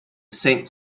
saint